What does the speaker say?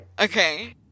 Okay